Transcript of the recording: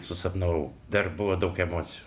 susapnavau dar buvo daug emocijų